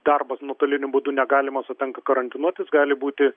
darbas nuotoliniu būdu negalima sau tenka karantinuotus gali būti